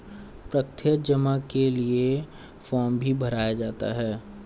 प्रत्यक्ष जमा के लिये फ़ार्म भी भराया जाता है